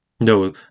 no